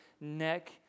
neck